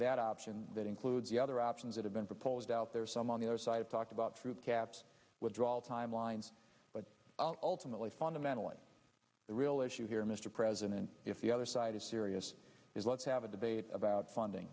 that option that includes the other options that have been proposed out there some on the other side talk about troop caps withdrawal timelines but ultimately fundamentally the real issue here mr president if the other side is serious is let's have a debate about funding